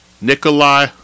Nikolai